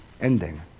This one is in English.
ending